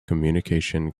communication